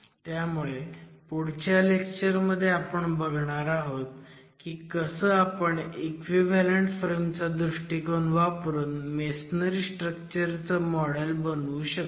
त्यामुळे पुढच्या लेक्चर मध्ये आपण बघणार आहोत की कसं आपण इक्विव्हॅलंट फ्रेम चा दृष्टिकोन वापरून मेसनरी स्ट्रक्चर चं मॉडेल बनवू शकतो